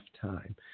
time